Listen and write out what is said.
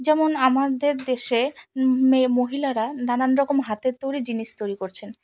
যেমন আমাদের দেশে মে মহিলারা নানান রকম হাতের তৈরি জিনিস তৈরি করছেন